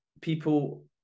people